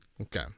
Okay